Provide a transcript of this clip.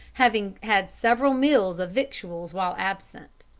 having had several meals of victuals while absent.